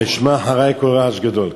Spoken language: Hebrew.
"ואשמע אחרי קול רעש גדול".